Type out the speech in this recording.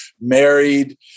married